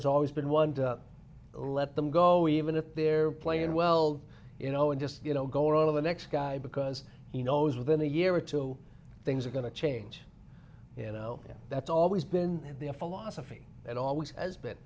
has always been one to let them go even if they're playing well you know and just you know go all of the next guy because he knows within a year or two things are going to change you know that's always been the a philosophy it always has been